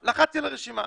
הרשימה, לחצתי על הרשימה